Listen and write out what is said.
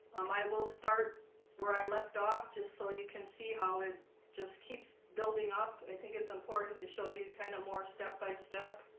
um, i will start where i left off just so you can see how it just keeps building up i think it's important to show you kind of more step by step